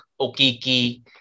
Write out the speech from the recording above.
Okiki